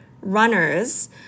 runners